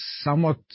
somewhat